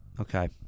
Okay